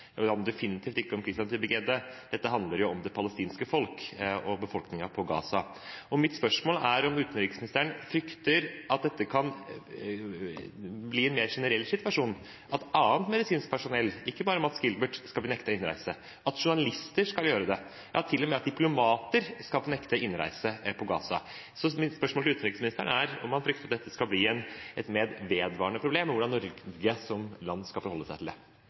og det handler definitivt ikke om Christian Tybring-Gjedde; dette handler jo om det palestinske folk og befolkningen på Gaza. Mitt spørsmål er om utenriksministeren frykter at dette kan bli en mer generell situasjon, at annet medisinsk personell – ikke bare Mads Gilbert – skal bli nektet innreise, at journalister og til og med diplomater skal bli nektet innreise til Gaza. Så mitt spørsmål til utenriksministeren er om han frykter at dette vil bli et mer vedvarende problem, og hvordan Norge som land skal forholde seg til det.